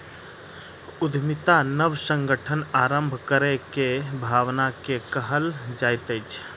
उद्यमिता नब संगठन आरम्भ करै के भावना के कहल जाइत अछि